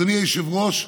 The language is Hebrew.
אדוני היושב-ראש,